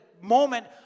moment